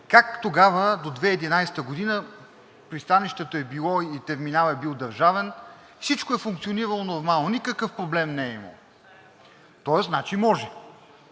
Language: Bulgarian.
как тогава до 2011 г. пристанището е било и терминалът е бил държавен, всичко е функционирало нормално, никакъв проблем не е имало? Тоест, значи, може.